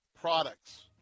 products